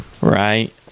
Right